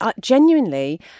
genuinely